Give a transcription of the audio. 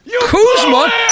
Kuzma